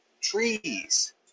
trees